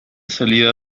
salida